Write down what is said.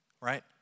right